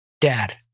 Dad